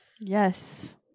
Yes